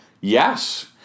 yes